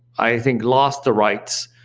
i think lost the rights,